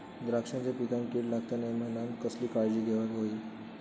द्राक्षांच्या पिकांक कीड लागता नये म्हणान कसली काळजी घेऊक होई?